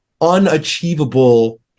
unachievable